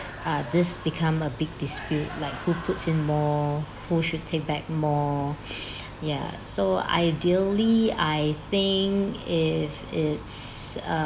uh this become a big dispute like who puts in more who should take back more ya so ideally I think if it's um